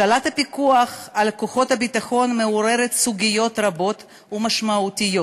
שאלת הפיקוח על כוחות הביטחון מעוררת סוגיות רבות ומשמעותיות,